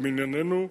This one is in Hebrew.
למנייננו,